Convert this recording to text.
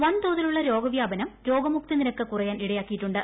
വൻ തോതിലുള്ള രോഗവ്യാപനം രോഗമുക്തി നിരക്ക് കുറയാൻ ഇടയാക്കിയിട്ടുണ്ട്